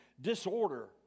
disorder